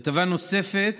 כתבה נוספת